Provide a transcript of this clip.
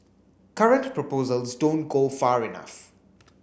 current proposals don't go far enough